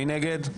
מי נגד?